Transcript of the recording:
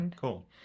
cool